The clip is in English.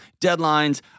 deadlines